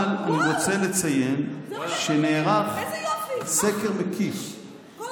אבל אני רוצה לציין שנערך סקר מקיף -- וואו,